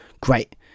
great